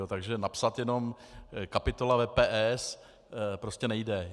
Takže napsat jenom kapitola VPS prostě nejde.